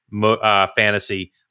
Fantasy